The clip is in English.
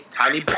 tiny